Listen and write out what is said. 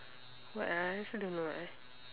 what ah I also don't know eh